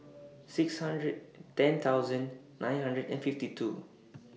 six hundred ten thousand nine hundred and fifty two